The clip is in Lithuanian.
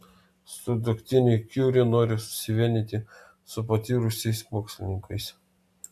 sutuoktiniai kiuri nori susivienyti su patyrusiais mokslininkais